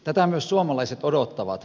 tätä myös suomalaiset odottavat